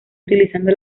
utilizando